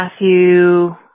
Matthew